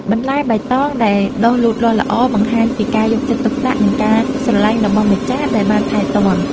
បន្លែបៃតងដែលដុះលូតលាស់ល្អបង្ហាញពីការយកចិត្តទុកដាក់ និងការស្រឡាញ់របស់ម្ចាស់ដែលបានថែទាំ។